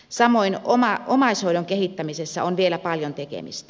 samoin omaishoidon kehittämisessä on vielä paljon tekemistä